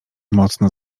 mocno